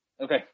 Okay